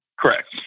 Correct